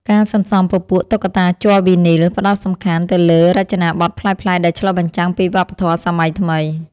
ការសន្សំពពួក តុក្កតាជ័រវីនីល ផ្ដោតសំខាន់ទៅលើរចនាបថប្លែកៗដែលឆ្លុះបញ្ចាំងពីវប្បធម៌សម័យថ្មី។